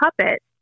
puppet